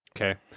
Okay